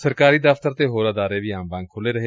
ਸਰਕਾਰੀ ਦਫ਼ਤਰ ਅਤੇ ਹੋਰ ਅਦਾਰੇ ਵੀ ਆਮ ਵਾਂਗ ਖੁਲੇ ਰਹੇ